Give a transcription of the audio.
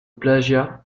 plagiat